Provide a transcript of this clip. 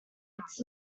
its